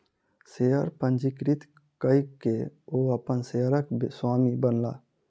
share पंजीकृत कय के ओ अपन शेयरक स्वामी बनला